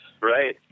Right